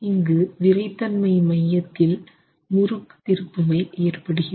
இங்கு விறைத்தன்மை மையத்தில் முறுக்கு திருப்புமை ஏற்படுகிறது